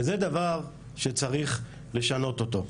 וזה דבר שצריך לשנות אותו.